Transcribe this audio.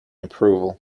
approval